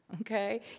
okay